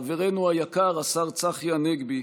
חברנו היקר השר צחי הנגבי,